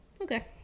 Okay